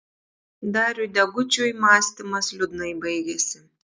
dariui degučiui mąstymas liūdnai baigėsi